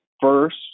first